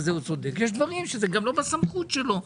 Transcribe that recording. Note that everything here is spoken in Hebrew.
יש גם דברים שלא בסמכותו.